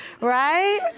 right